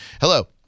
Hello